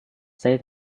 saya